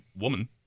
woman